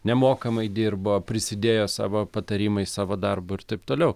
nemokamai dirbo prisidėjo savo patarimais savo darbu ir taip toliau